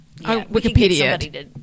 Wikipedia